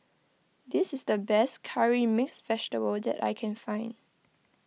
this is the best Curry Mixed Vegetable that I can find